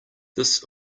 this